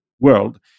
world